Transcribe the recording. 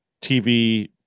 TV